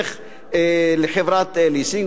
לך לחברת ליסינג,